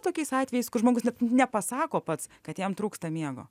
tokiais atvejais kur žmogus net nepasako pats kad jam trūksta miego